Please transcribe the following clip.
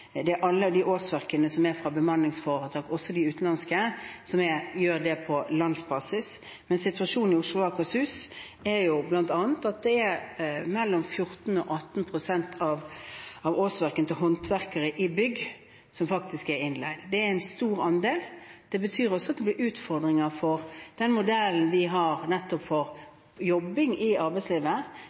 fra bemanningsforetak, også de utenlandske, som gjør at det er tallet på landsbasis. Men situasjonen i Oslo og Akershus er at mellom 14 pst. og 18 pst. av årsverkene i byggebransjen faktisk utføres av innleide håndverkere. Det er en stor andel. Det betyr også at det blir utfordringer for den modellen vi har nettopp for jobbing i arbeidslivet,